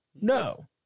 no